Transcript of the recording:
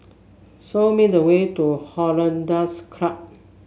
show me the way to Hollandse Club